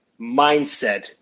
mindset